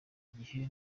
gihe